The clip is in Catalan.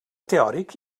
teòric